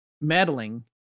meddling